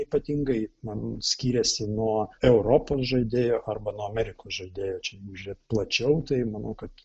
ypatingai na skiriasi nuo europos žaidėjų arba nuo amerikos žadėjų čia žiūrėt plačiau tai manau kad